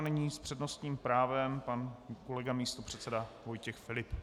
Nyní s přednostním právem pan kolega místopředseda Vojtěch Filip.